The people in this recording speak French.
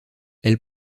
elle